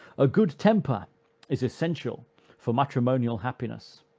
a good temper is essential for matrimonial happiness.